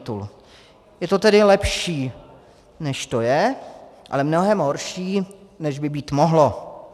Je to tedy lepší, než to je, ale mnohem horší, než by být mohlo.